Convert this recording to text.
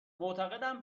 معتقدم